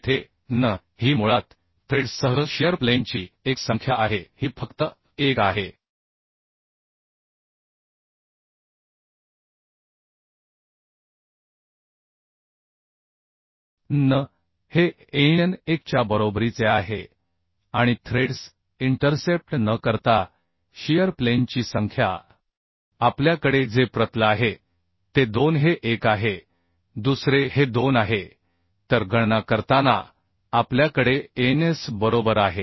येथे nn ही मुळात थ्रेड्ससह शिअर प्लेनची 1 संख्या आहे ही फक्त 1 आहे nn हे एनएन 1 च्या बरोबरीचे आहे आणि थ्रेड्स इंटरसेप्ट न करता शियर प्लेनची संख्या आपल्याकडे जे प्रतल आहे ते 2 हे 1 आहे दुसरे हे 2 आहे तर गणना करताना आपल्याकडे ns बरोबर आहे